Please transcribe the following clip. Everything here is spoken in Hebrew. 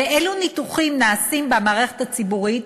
ואילו ניתוחים נעשים במערכת הציבורית,